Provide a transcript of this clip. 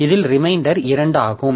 இதில் ரிமைண்டர் 2 ஆகும்